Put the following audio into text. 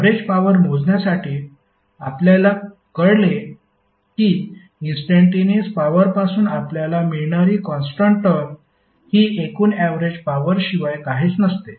average power मोजण्यासाठी आपल्याला कळले की इंस्टंटेनिअस पॉवरपासून आपल्याला मिळणारी कॉन्स्टन्ट टर्म ही एकूण ऍवरेज पॉवरशिवाय काहीच नसते